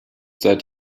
seit